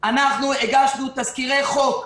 הגשנו תזכירי חוק.